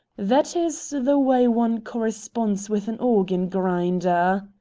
that is the way one corresponds with an organ-grinder.